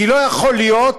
כי לא יכול להיות